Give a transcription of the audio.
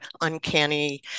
uncanny